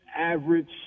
average